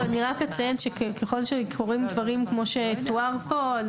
אני רק אציין שככל שקורים דברים כמו שתואר פה,